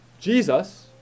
Jesus